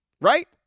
Right